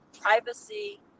privacy